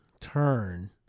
turn